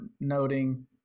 noting